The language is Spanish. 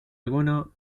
alguno